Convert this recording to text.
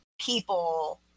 people